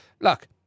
look